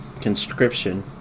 conscription